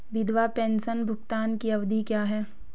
विधवा पेंशन भुगतान की अवधि क्या है?